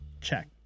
check